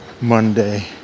monday